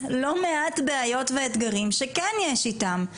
לא מעט בעיות ואתגרים שכן יש איתם.